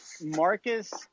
marcus